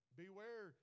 Beware